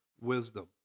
wisdom